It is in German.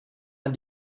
man